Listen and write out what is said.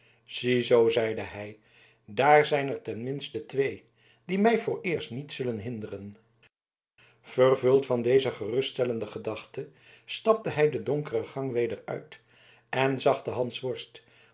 ziezoo zeide hij daar zijn er ten minste twee die mij vooreerst niet zullen hinderen vervuld van deze geruststellende gedachte stapte hij de donkere gang weder uit en zag den